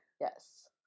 Yes